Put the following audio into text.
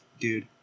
Dude